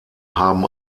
haben